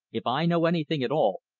if i know anything at all,